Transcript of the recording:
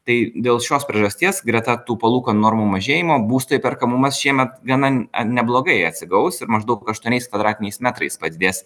tai dėl šios priežasties greta tų palūkanų normų mažėjimo būsto įperkamumas šiemet gana neblogai atsigaus maždaug aštuoniais kavdratiniais metrais padidės